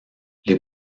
les